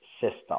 system